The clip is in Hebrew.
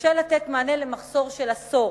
שקשה לתת מענה למחסור של עשור